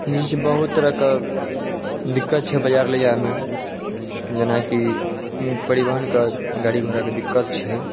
जे छै बहुत तरह क दिक्कत छै बाजार लै जाइ मे जेनाकि परिवहन के गाड़ी घोड़ा के दिक्कत छै